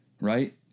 Right